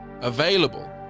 Available